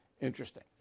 Interesting